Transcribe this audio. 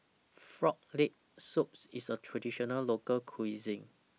Frog Leg Soup IS A Traditional Local Cuisine